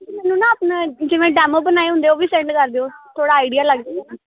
ਮੈਨੂੰ ਨਾ ਆਪਣਾ ਜਿਵੇਂ ਡੈਮੋ ਬਣਾਏ ਹੁੰਦੇ ਉਹ ਵੀ ਸੈਂਡ ਕਰ ਦਿਓ ਥੋੜ੍ਹਾ ਆਈਡੀਆ ਲੱਗਜੂ